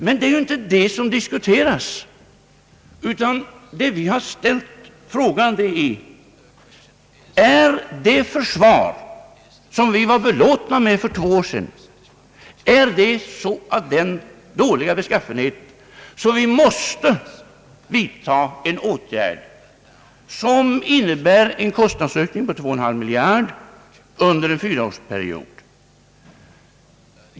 Men det är ju inte detta som nu diskuteras, utan frågan är: Är det försvar som vi varit belåtna med för två år sedan av den dåliga beskaffenhet, att vi måste vidta en åtgärd som innebär en kostnadsökning på 2,5 miljarder kronor under en fyraårsperiod?